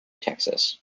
texas